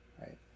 right